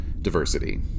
diversity